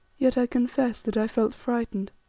yet i confess that i felt frightened.